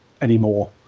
anymore